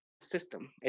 system